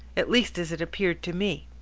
at least as it appeared to me.